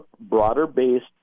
broader-based